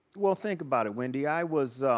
well, think about it wendy, i was